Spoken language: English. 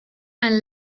and